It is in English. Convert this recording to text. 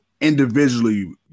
individually